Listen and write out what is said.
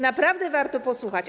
Naprawdę, warto jej posłuchać.